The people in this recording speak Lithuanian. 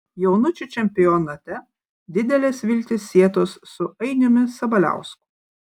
jaunučių čempionate didelės viltys sietos su ainiumi sabaliausku